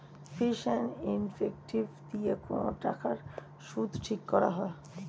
fees and effective দিয়ে কোন টাকার সুদ ঠিক করা হয়